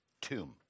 tomb